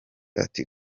ati